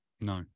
No